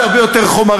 זה הרבה יותר חומרים,